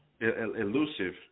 Elusive